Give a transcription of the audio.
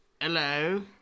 hello